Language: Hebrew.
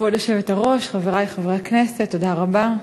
כבוד היושבת-ראש, חברי חברי הכנסת, תודה רבה.